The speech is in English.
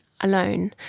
alone